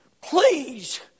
Please